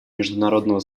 международного